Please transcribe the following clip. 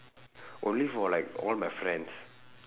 only for like all my friends